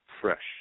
fresh